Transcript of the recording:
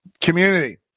community